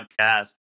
podcast